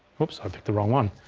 whoops, i picked the wrong one,